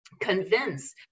CONVINCE